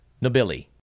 Nobili